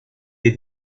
des